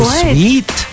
sweet